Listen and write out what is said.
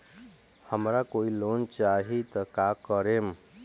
हमरा कोई लोन चाही त का करेम?